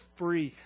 free